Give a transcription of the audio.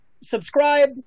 subscribe